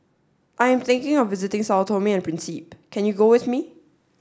I am thinking of visiting Sao Tome and Principe can you go with me